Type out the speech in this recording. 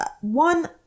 one